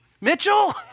Mitchell